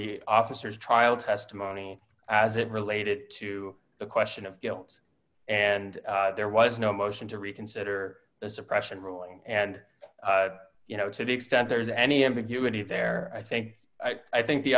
the officers trial testimony as it related to the question of guilt and there was no motion to reconsider the suppression ruling and you know to the extent there is any ambiguity there i think i think the